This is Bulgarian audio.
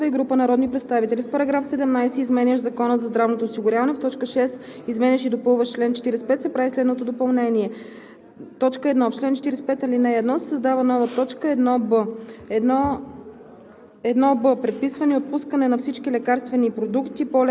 По § 17 има предложение от народния представител Дора Стоянова Христова и група народни представители: В § 17 изменящ Закона за здравното осигуряване, в т. 6, изменящ и допълващ чл. 45 се прави следното допълнение: „1. В чл. 45, ал. 1 се създава нова точка 16: